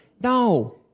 No